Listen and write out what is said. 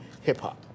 hip-hop